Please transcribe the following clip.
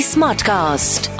Smartcast